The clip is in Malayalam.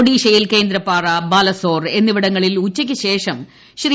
ഒഡീഷയിൽ കേന്ദ്രപാറാ ബാലാസോർ എന്നിവിടങ്ങളിൽ ഉച്ചയ്ക്ക് ശേഷം ശ്രീ